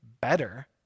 better